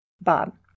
Bob